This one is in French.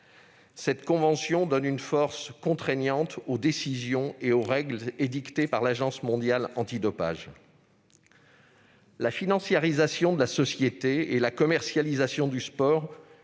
Cette convention donne une force contraignante aux décisions et aux règles édictées par l'Agence mondiale antidopage. La financiarisation de la société et la commercialisation du sport